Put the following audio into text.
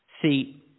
See